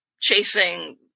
chasing